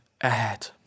ahead